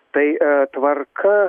tai tvarka